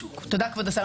תודה, כבוד השר.